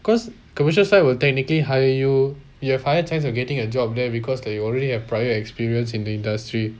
'cause commercial site will technically hire you you have higher chance of getting a job there because that you already have prior experience in the industry